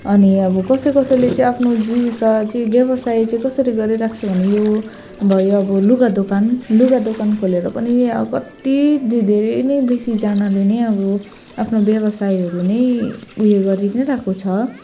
अनि अब कसै कसैले चाहिँ आफ्नो जीविका चाहिँ व्यवसाय चाहिँ कसरी गरिरहेको छ भने यो भयो अब लुगा दोकान लुगा दोकान खोलेर पनि आ कति धेरै नै बेसीजनाले नै अब यो आफ्नो व्यवसायहरू नै उयो गरी नै रहेको छ